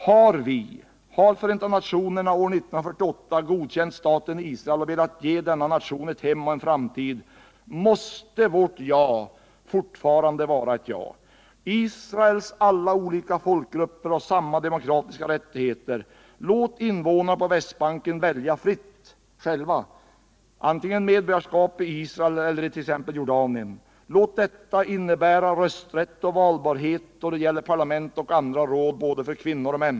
Har vi, har FN, år 1948 godkänt staten Israel och velat ge denna nation ett hem och en framtid, måste vårt ja fortfara att vara ett ja. Israels olika folkgrupper har alla samma demokratiska rättigheter. Låt invånarna på Västbanken välja fritt själva: medborgarskap antingen i Israel eller i t.ex. Jordanien. Låt detta innebära rösträtt och valbarhet då det gäller parlament och andra råd, för både kvinnor och män.